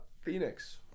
Phoenix